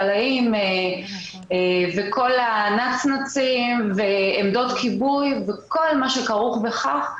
גלאים וכל הנצנצים ועמדות כיבוי וכל מה שכרוך בכך.